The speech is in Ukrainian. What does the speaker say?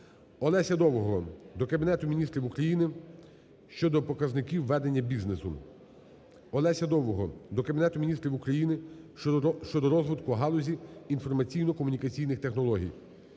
Олеся Довгого до Кабінету Міністрів України щодо показників ведення бізнесу. Олеся Довгого до Кабінету Міністрів України щодо розвитку галузі інформаційно-комунікаційних технологій.